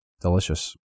delicious